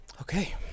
Okay